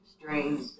Strange